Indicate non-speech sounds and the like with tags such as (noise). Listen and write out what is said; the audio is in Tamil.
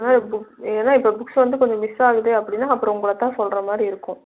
(unintelligible) எதோ இப்போ புக்ஸ் வந்து கொஞ்சம் மிஸ் ஆகுதுன்னா அப்படின்னா அப்றம் உங்களைத்தான் சொல்கிற மாதிரி இருக்கும்